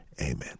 Amen